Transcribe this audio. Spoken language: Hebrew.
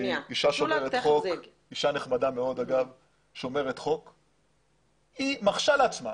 אישה שומרת חוק, אישה נחמדה מאוד, מרשה לעצמה